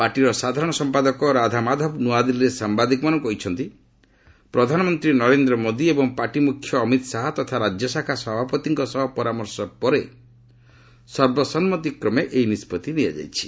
ପାଟିର ସାଧାରଣ ସମ୍ପାଦକ ରାମ ମାଧବ ନୂଆଦିଲ୍ଲୀରେ ସାମ୍ଘାଦିକମାନଙ୍କୁ କହିଛନ୍ତି ପ୍ରଧାନମନ୍ତ୍ରୀ ନରେନ୍ଦ୍ର ମୋଦି ଏବଂ ପାର୍ଟି ମୁଖ୍ୟ ଅମିତ୍ ଶାହା ତଥା ରାଜ୍ୟଶାଖା ସଭାପତିଙ୍କ ସହ ପରାମର୍ଶ ପରେ ସର୍ବସମ୍ମତିକ୍ରମେ ଏହି ନିଷ୍କଭି ନିଆଯାଇଛି